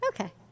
Okay